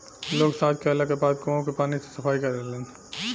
लोग सॉच कैला के बाद कुओं के पानी से सफाई करेलन